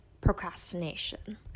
procrastination